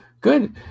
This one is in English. Good